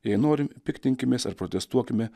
jei norim piktinkimės ar protestuokime